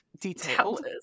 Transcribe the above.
detailed